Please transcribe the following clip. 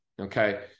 Okay